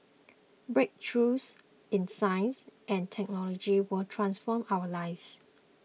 breakthroughs in science and technology will transform our lives